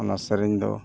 ᱚᱱᱟ ᱥᱮᱨᱮᱧ ᱫᱚ